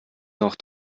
noch